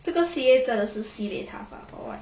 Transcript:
这个 C_A 真的是 sibeh tough ah or what